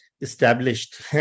established